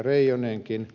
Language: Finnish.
reijonenkin